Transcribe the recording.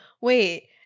wait